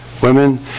women